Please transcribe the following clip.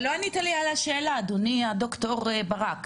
אבל לא ענית לי על השאלה, אדוני הד"ר ברק.